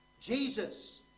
Jesus